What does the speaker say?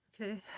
okay